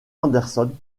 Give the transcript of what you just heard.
anderson